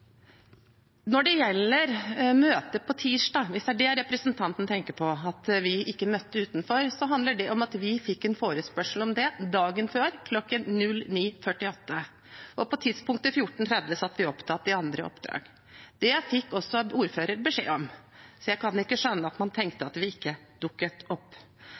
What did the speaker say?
Når det gjelder møtet på tirsdag, og at vi ikke møtte utenfor, hvis det er det representanten tenker på, handler det om at vi fikk en forespørsel om det dagen før, kl. 09.48. På tidspunktet 14.30 satt vi opptatt med andre oppdrag. Det fikk også ordføreren beskjed om, så jeg kan ikke skjønne at man tenkte at vi ikke dukket opp.